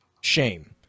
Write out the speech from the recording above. Shame